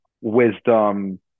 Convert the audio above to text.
wisdom